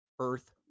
earth